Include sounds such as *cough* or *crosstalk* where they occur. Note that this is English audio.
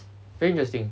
*noise* very interesting